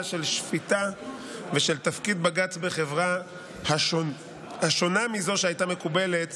של שפיטה ושל תפקיד בג"ץ בחברה השונה מזו שהייתה מקובלת